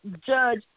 judge